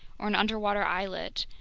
or an underwater islet,